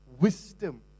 wisdom